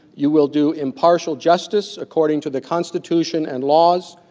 you will do impartial justice according to the constitution and laws,